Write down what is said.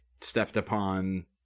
stepped-upon